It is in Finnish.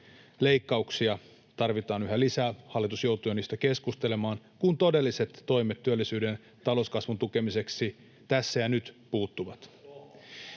leikkauksia tarvitaan yhä lisää, hallitus joutuu niistä jo keskustelemaan, kun todelliset toimet työllisyyden ja talouskasvun tukemiseksi tässä ja nyt puuttuvat.